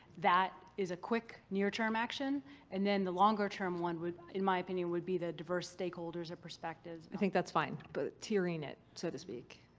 that is a quick near-term action and then the longer-term one, in my opinion, would be the diverse stakeholders and perspectives. i think that's fine, but tiering it, so to speak.